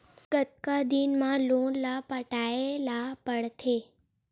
कतका दिन मा लोन ला पटाय ला पढ़ते?